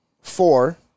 four